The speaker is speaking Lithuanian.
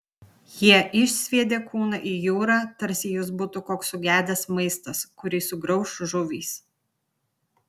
jie išsviedė kūną į jūrą tarsi jis būtų koks sugedęs maistas kurį sugrauš žuvys